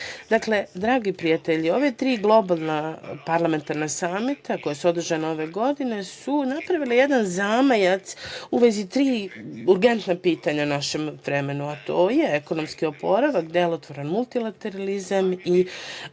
dragi prijatelji, ova tri globalna parlamentarna samita koja su održana ove godine su napravila jedan zamajac u vezi tri urgentna pitanja u našem vremenu, a to je ekonomski oporavak, delotvoran multilateralizam i